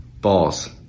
balls